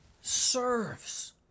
serves